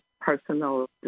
personal